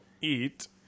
eat